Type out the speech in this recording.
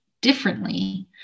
differently